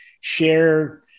share